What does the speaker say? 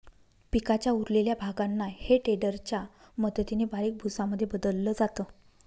पिकाच्या उरलेल्या भागांना हे टेडर च्या मदतीने बारीक भुसा मध्ये बदलल जात